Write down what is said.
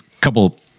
couple